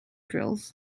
drills